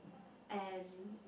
and